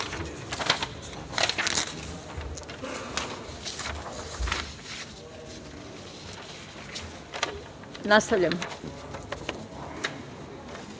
nastavljamo